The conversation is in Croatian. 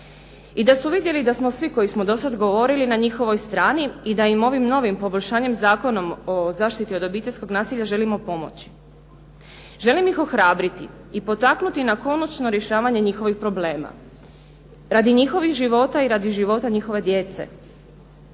i da su vidjeli da smo svi koji smo dosad govorili na njihovoj strani i da im ovim novim poboljšanjem Zakona o zaštiti od obiteljskog nasilja želimo pomoći. Želim ih ohrabriti i potaknuti na konačno rješavanje njihovih problema radi njihovih života i radi života njihove djece.